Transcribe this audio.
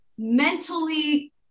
mentally